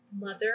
Mother